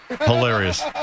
Hilarious